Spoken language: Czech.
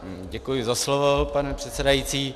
Děkuji za slovo, pane předsedající.